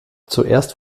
zuerst